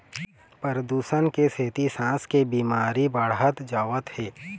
परदूसन के सेती सांस के बिमारी बाढ़त जावत हे